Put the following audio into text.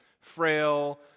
frail